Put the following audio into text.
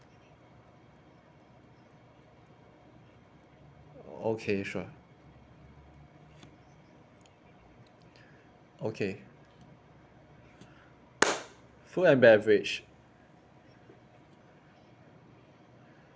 okay sure okay food and beverage